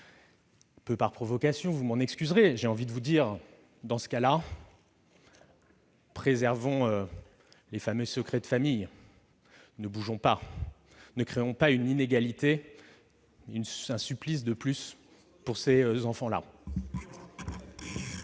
peu par provocation- vous m'en excuserez -, qu'il vaut mieux, dans ce cas, préserver les fameux secrets de famille ; ne bougeons pas, ne créons pas une inégalité, un supplice de plus pour ces enfants.